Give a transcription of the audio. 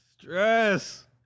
Stress